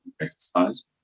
exercise